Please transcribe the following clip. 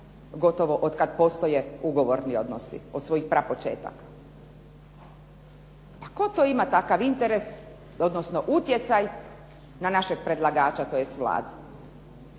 gotovo od kad postoje ugovorni odnosi od svojih prapočetaka. Tko to ima takav interes odnosno utjecaj na našeg predlagača tj. Vladu